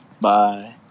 bye